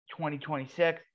2026